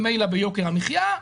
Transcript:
ממילא ביוקר המחיה.